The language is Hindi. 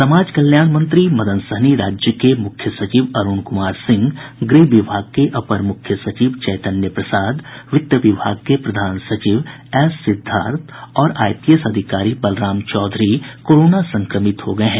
समाज कल्याण मंत्री मदन सहनी राज्य के मुख्य सचिव अरूण कुमार सिंह गृह विभाग के अपर मुख्य सचिव चैतन्य प्रसाद वित्त विभाग के प्रधान सचिव एस सिद्धार्थ और आईपीएस अधिकारी बलराम चौधरी कोरोना संक्रमित हो गये हैं